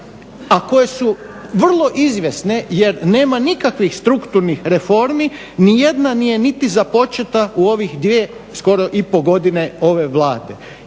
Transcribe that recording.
a koje su vrlo izvjesne jer nema nikakvih strukturnih reformi, ni jedna nije niti započeta u ovih 2, skoro i pol godine ove Vlade